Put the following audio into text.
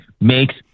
makes